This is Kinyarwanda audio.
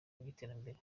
by’iterambere